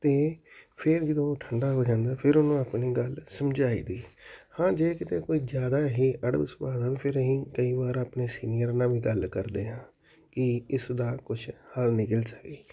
ਅਤੇ ਫਿਰ ਜਦੋਂ ਉਹ ਠੰਡਾ ਹੋ ਜਾਂਦਾ ਫਿਰ ਉਹਨੂੰ ਆਪਣੀ ਗੱਲ ਸਮਝਾਈ ਦੀ ਹਾਂ ਜੇ ਕਿਤੇ ਕੋਈ ਜ਼ਿਆਦਾ ਹੀ ਅੜਬ ਸੁਭਾਅ ਦਾ ਹੋਵੇ ਫਿਰ ਅਸੀਂ ਕਈ ਵਾਰ ਆਪਣੇ ਸੀਨੀਅਰ ਨਾਲ ਵੀ ਗੱਲ ਕਰਦੇ ਹਾਂ ਕਿ ਇਸ ਦਾ ਕੁਛ ਹੱਲ ਨਿਕਲ ਸਕੇ